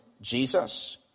Jesus